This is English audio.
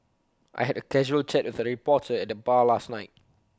I had A casual chat with A reporter at the bar last night